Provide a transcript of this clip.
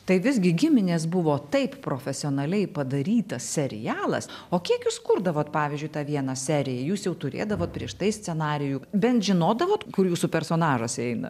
tai visgi giminės buvo taip profesionaliai padarytas serialas o kiek jūs kurdavot pavyzdžiui tą vieną seriją jūs jau turėdavot prieš tai scenarijų bent žinodavot kur jūsų personažas eina